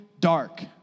dark